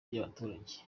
by’abaturage